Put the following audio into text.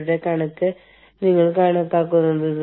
അത് പ്രാദേശികമായിരിക്കണമെന്നില്ല